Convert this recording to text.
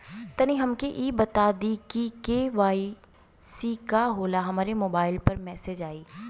तनि हमके इ बता दीं की के.वाइ.सी का होला हमरे मोबाइल पर मैसेज आई?